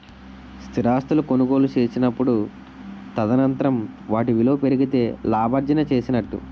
స్థిరాస్తులు కొనుగోలు చేసినప్పుడు తదనంతరం వాటి విలువ పెరిగితే లాభార్జన చేసినట్టు